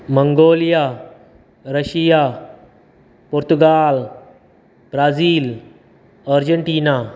Mongolia Russia Portugal Brazil Argentina